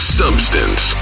substance